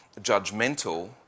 judgmental